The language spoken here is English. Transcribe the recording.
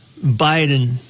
Biden